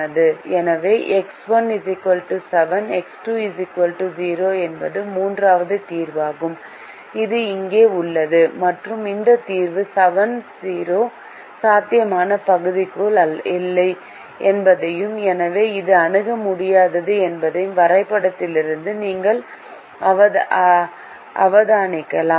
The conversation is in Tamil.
எனவே எக்ஸ் 1 7 எக்ஸ் 2 0 என்பது மூன்றாவது தீர்வாகும் இது இங்கே உள்ளது மற்றும் இந்த தீர்வு 70 சாத்தியமான பகுதிக்குள் இல்லை என்பதையும் எனவே அது அணுக முடியாதது என்பதையும் வரைபடத்திலிருந்து நீங்கள் அவதானிக்கலாம்